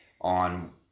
on